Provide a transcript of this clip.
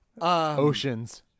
Oceans